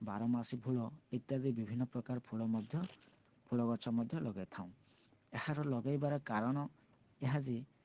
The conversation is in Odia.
ବାରମାସୀ ଫୁଲ ଇତ୍ୟାଦି ବିଭିନ୍ନ ପ୍ରକାର ଫୁଲ ମଧ୍ୟ ଫୁଲ ଗଛ ମଧ୍ୟ ଲଗାଇଥାଉଁ ଏହାର ଲଗାଇବାର କାରଣ ଏହା ଯେ